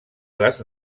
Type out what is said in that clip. les